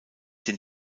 den